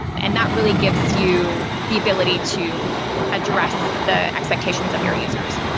and that really gives you the ability to address the expectations of your users.